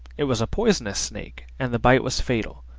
it was a poisonous snake, and the bite was fatal,